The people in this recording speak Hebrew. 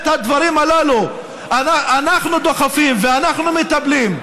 את הדברים הללו אנחנו דוחפים ואנחנו מטפלים.